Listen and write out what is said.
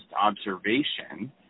observation